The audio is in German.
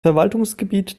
verwaltungsgebiet